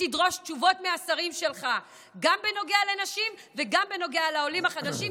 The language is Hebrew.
שתדרוש תשובות מהשרים שלך גם בנוגע לנשים וגם בנוגע לעולים החדשים,